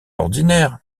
ordinaire